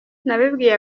nabibwiye